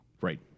Right